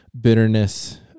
bitterness